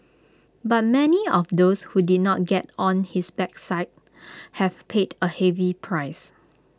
but many of those who did not get on his bad side have paid A heavy price